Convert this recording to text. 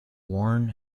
worn